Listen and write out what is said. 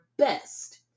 Best